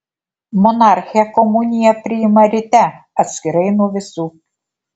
monarchė komuniją priima ryte atskirai nuo visų